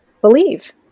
believe